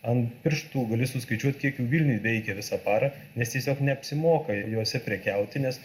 ant pirštų gali suskaičiuot kiek jų vilniuj veikia visą parą nes tiesiog neapsimoka jose prekiauti nes